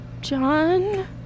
John